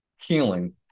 healing